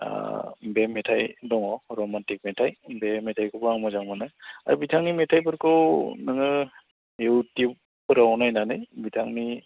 बे मेथाइ दङ रमान्तिक मेथाइ बे मेथाइखौबो आं मोजां मोनो आरो बिथांनि मेथाइफोरखौ नोङो इयुटुबफोराव नायनानै बिथांनि